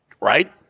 Right